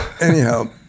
Anyhow